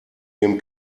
dem